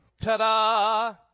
ta-da